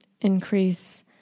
increase